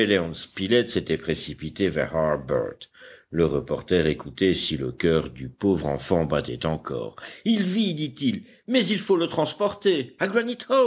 s'étaient précipités vers harbert le reporter écoutait si le coeur du pauvre enfant battait encore il vit dit-il mais il faut le transporter